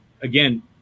again